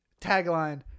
Tagline